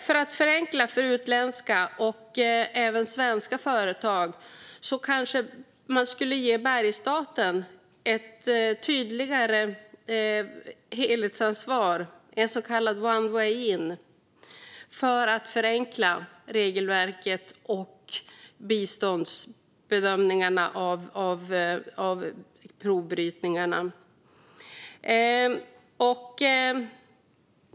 För att förenkla för utländska och även svenska företag kanske man skulle ge Bergsstaten ett tydligare helhetsansvar, en så kallad one-way in för att förenkla regelverket och biståndsbedömningarna av provbrytningarna.